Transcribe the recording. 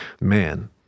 man